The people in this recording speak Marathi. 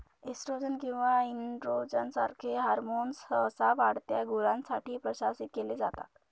एस्ट्रोजन किंवा एनड्रोजन सारखे हॉर्मोन्स सहसा वाढत्या गुरांसाठी प्रशासित केले जातात